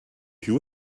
two